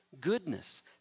goodness